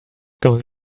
going